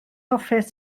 hoffet